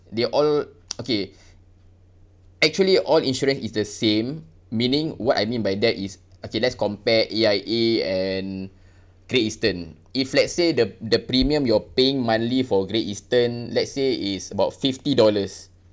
they all okay actually all insurance is the same meaning what I mean by that is okay let's compare A_I_A and Great Eastern if let's say the the premium you're paying monthly for Great Eastern let's say is about fifty dollars